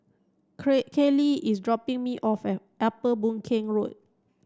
Creat Caylee is dropping me off Upper Boon Keng Road